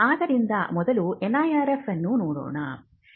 ಆದ್ದರಿಂದ ಮೊದಲು NIRF ಅನ್ನು ನೋಡೋಣ